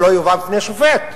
שלא יובא בפני שופט.